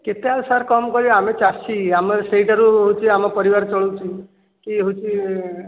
କେତେ ଆଉ ସାର୍ କମ୍ କରିବି ଆମେ ଚାଷୀ ଆମେ ସେଇଟାରୁ ହେଉଛି ଆମ ପରିବାର ଚଳୁଛି କି ହେଉଛି